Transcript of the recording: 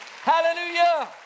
Hallelujah